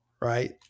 right